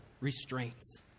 restraints